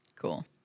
Cool